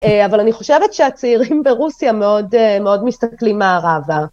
אבל אני חושבת שהצעירים ברוסיה מאוד מסתכלים מערבה.